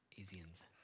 Asians